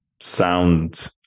Sound